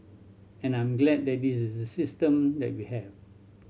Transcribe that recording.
and I'm glad that this is the system that we have